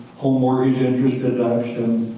home mortgage interest deduction,